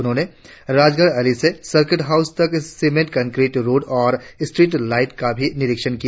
मंत्री ने राजगड़ अली से सर्किट हाउस तक सीमेंट कंक्रीट रोड और स्ट्रीट लाईट का भी निरीक्षण किया